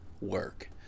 work